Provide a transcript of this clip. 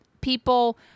people